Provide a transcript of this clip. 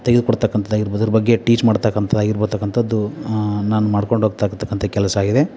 ತೆಗೆದುಕೊಡ್ತಕ್ಕಂತದ್ದಾಗಿರ್ಬೋದು ಅದರ ಬಗ್ಗೆ ಟೀಚ್ ಮಾಡ್ತಕ್ಕಂತದ್ದಾಗಿರ್ಬೋದು ಅಂತಕಂತದ್ದು ನಾನು ಮಾಡ್ಕೊಂಡು ಹೋಗ್ತಾಯಿರ್ತಕ್ಕಂತ ಕೆಲಸ ಆಗಿದೆ